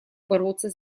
бороться